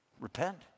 Repent